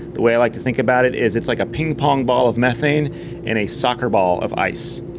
the way i like to think about it is it's like a ping-pong ball of methane in a soccer ball of ice.